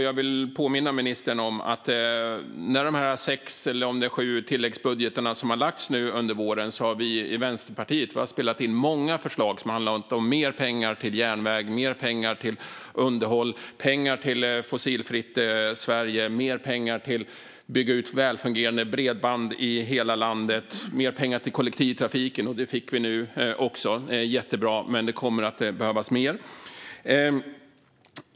Jag vill påminna ministern om att när de sex, eller om det är sju, tilläggsbudgeterna har lagts fram under våren har Vänsterpartiet spelat in många förslag om mer pengar till järnväg, mer pengar till underhåll, pengar till Fossilfritt Sverige, mer pengar till att bygga ut välfungerande bredband i hela landet och mer pengar till kollektivtrafiken. Det fick vi också nu. Det är jättebra, men det kommer att behövas mer.